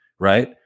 right